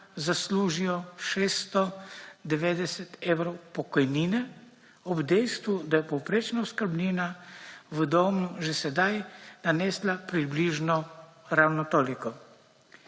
»zaslužijo« 690 evrov pokojnine, ob dejstvu, da je povprečna oskrbnina v domu že sedaj nanesla približno ravno toliko.